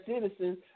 citizens